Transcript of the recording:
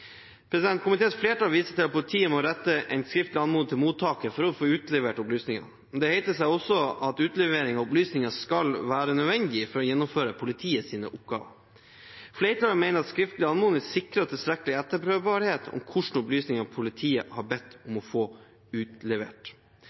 Komiteens flertall viser til at politiet må rette en skriftlig anmodning til mottaket for å få utlevert opplysninger. Det heter seg også at utlevering av opplysninger skal være nødvendig for å gjennomføre politiets oppgaver. Flertallet mener at skriftlig anmodning sikrer tilstrekkelig etterprøvbarhet om hvilke opplysninger politiet har bedt om å få utlevert.